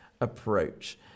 approach